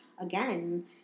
again